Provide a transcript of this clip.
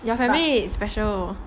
your family is special